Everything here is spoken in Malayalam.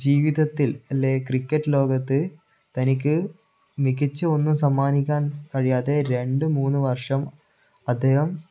ജീവിതത്തിൽ അല്ലേ ക്രിക്കറ്റ് ലോകത്ത് തനിക്ക് മികച്ച ഒന്ന് സമ്മാനിക്കാൻ കഴിയാതെ രണ്ട് മൂന്ന് വർഷം അദ്ദേഹം